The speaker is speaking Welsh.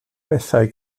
bethau